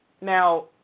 Now